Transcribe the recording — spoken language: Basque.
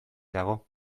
dago